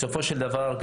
בסופו של דבר,